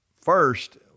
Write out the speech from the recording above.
First